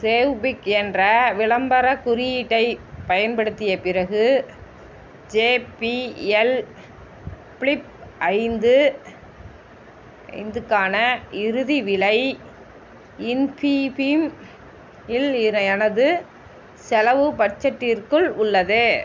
SaveBig என்ற விளம்பரக் குறியீட்டைப் பயன்படுத்திய பிறகு ஜேபிஎல் ப்ளிப் ஐந்து ஐந்துக்கான இறுதி விலை இன்பீபீம் இல் இர எனது செலவு பட்ஜெட்டிற்குள் உள்ளது